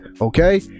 okay